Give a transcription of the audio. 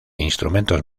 instrumentos